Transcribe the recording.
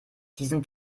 diesen